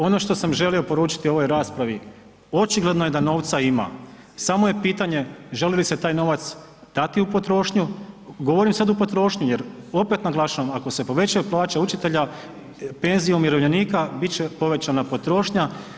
Ono što sam želio poručiti u ovoj raspravi, očigledno je da novca ima, samo je pitanje želi li se taj novac dati u potrošnju, govorim sada u potrošnju jer opet naglašavam ako se povećaju plaće učitelja, penzije umirovljenika bit će povećana potrošnja.